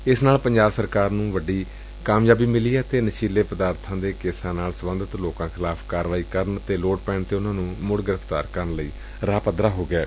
ਏਸ ਨਾਲ ਪੰਜਾਬ ਸਰਕਾਰ ਨੂੰ ਇਕ ਵੱਡੀ ਕਾਮਯਾਬੀ ਮਿਲੀ ਏ ਅਤੇ ਨਸ਼ੀਲੇ ਪਦਾਰਬਾਂ ਦੇ ਕੇਸਾਂ ਨਾਲ ਸਬੰਧਤ ਲੋਕਾਂ ਖਿਲਾਫ਼ ਕਾਰਵਾਈ ਕਰਨ ਤੇ ਲੋੜ ਪੈਣ ਤੇ ਉਨ਼ਾਂ ਨੂੰ ਮੁੜ ਗ੍ਰਿਫ਼ਤਾਰ ਕਰਨ ਲਈ ਰਾਹ ਪੱਧਰਾ ਹੋ ਗਿਐ